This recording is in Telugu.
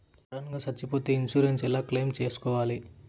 సడన్ గా సచ్చిపోతే ఇన్సూరెన్సు ఎలా క్లెయిమ్ సేసుకోవాలి?